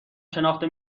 شناخته